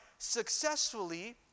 successfully